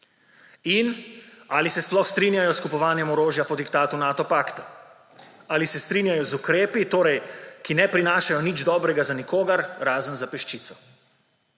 in ali se sploh strinjajo s kupovanje orožja po diktatu Nato pakta. Ali se strinjajo z ukrepi torej, ki ne prinašajo nič dobrega za nikogar, razen za peščico.